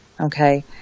okay